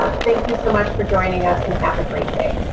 ah thank you so much for joining us, and have a great day.